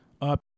up